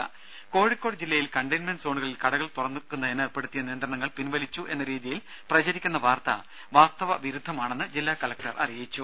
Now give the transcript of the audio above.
രുമ കോഴിക്കോട് ജില്ലയിൽ കണ്ടെയ്ൻമെന്റ് സോണുകളിൽ കടകൾ തുറക്കുന്നതിന് ഏർപ്പെടുത്തിയ നിയന്ത്രണങ്ങൾ പിൻവലിച്ചു എന്ന രീതിയിൽ പ്രചരിക്കുന്ന വാർത്ത വാസ്തവ വിരുദ്ധമാണെന്ന് ജില്ലാ കലക്ടർ അറിയിച്ചു